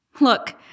Look